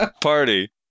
party